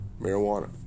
marijuana